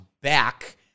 back